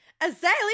Azalea